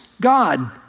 God